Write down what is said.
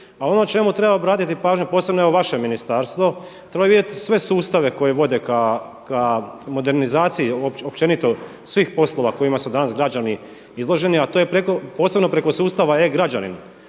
ono čemu treba obratiti pažnju posebno evo vaše ministarstvo, treba vidjeti sve sustave koje vode k modernizaciji općenito svih poslova kojima su danas građani izloženi, a to je posebno preko sustava e-građanin